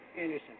Anderson